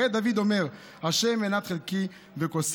הרי דוד אומר "ה' מנת חלקי וכוסי,